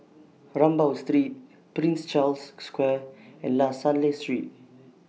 Rambau Street Prince Charles Square and La Salle Street